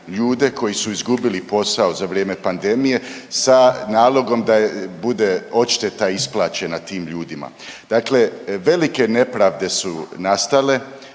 ljude koji su izgubili posao za vrijeme pandemije sa nalogom da bude odšteta isplaćena tim ljudima. Dakle, velike nepravde su nastale.